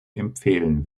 empfehlen